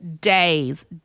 days